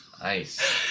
Nice